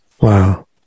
Wow